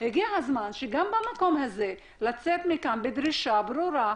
הגיע הזמן שגם כאן נצא מכאן בדרישה ברורה,